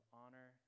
honor